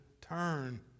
turn